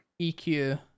EQ